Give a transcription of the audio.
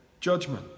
judgment